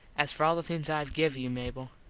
as for all the things i have give you, mable,